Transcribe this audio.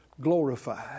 glorified